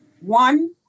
one